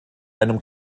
einem